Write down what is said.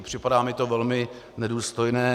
Připadá mi to velmi nedůstojné.